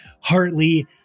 Hartley